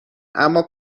اما